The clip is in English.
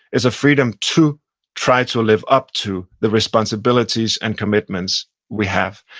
it's a freedom to try to live up to the responsibilities and commitments we have.